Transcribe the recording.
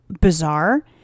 bizarre